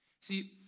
See